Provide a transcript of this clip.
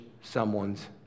someone's